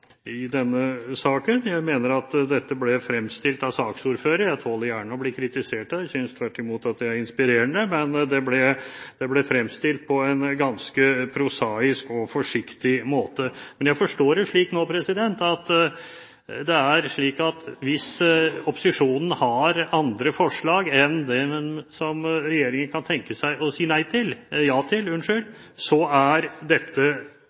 i denne saken. Jeg mener at dette ble fremstilt av saksordføreren – jeg tåler gjerne å bli kritisert, jeg synes tvert imot at det er inspirerende – på en ganske prosaisk og forsiktig måte. Men jeg forstår det slik nå at hvis opposisjonen har andre forslag enn det som regjeringen kan tenke seg å si ja til, så er dette